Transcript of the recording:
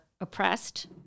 oppressed